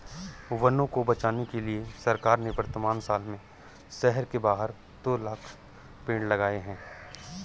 वनों को बचाने के लिए सरकार ने वर्तमान साल में शहर के बाहर दो लाख़ पेड़ लगाए हैं